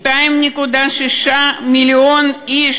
2.6 מיליון איש,